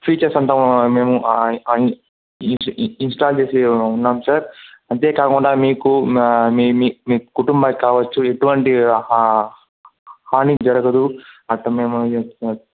features అంతా మేమ్ మేము ఆని అన్నీ ఇన్స్ ఇన్స్టాల్ చేసి ఉన్నాం సార్ అంతేకాకుండా మీకు మీ మీ కుటుంబానిక్కావచ్చు ఎటువంటి హా హానీ జరగదు అట్లా మేము చూస్తం సార్